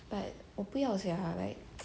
but 我不要 sia ah like